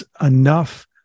enough